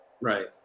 Right